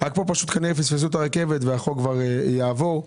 רק פה כנראה פספסו את הרכבת והחוק כבר יעבור.